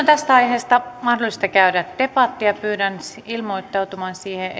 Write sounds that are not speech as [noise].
[unintelligible] tästä aiheesta mahdollista käydä debattia pyydän ilmoittautumaan siihen [unintelligible]